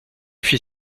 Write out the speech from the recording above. fit